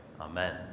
amen